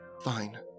Fine